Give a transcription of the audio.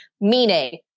meaning